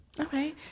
Okay